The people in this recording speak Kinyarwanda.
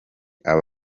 aba